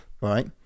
Right